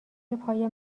پای